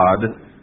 God